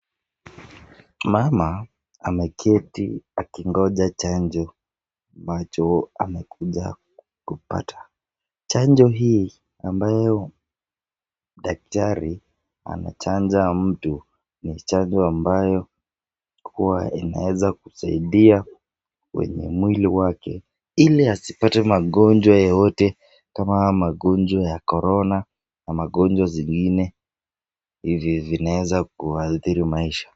Mama ameketi akingoja chanjo ambacho amekuja kupata chanjo hii ambayo daktari anachanja mtu ni chanjo ambayo huwa inaeza kusaidia kwenye mwili wake ili asipate magonjwa yeyote kama magonjwa ya corona na magonjwa zingine yenye zinaeza adhiri maisha